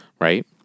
Right